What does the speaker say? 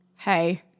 hey